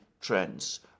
trends